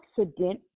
accident